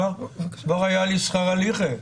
כבר היה לי שכר הליכה.